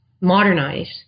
modernize